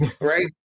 right